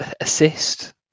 assist